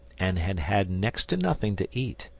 and had had next to nothing to eat,